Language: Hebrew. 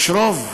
יש רוב,